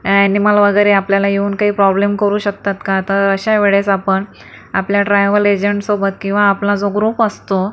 animal वगैरे आपल्याला येऊन काही प्रॉब्लेम करू शकतात का तर अशा वेळेस आपण आपल्या ट्रॅव्हल एजंटसोबत किंवा आपला जो ग्रुप असतो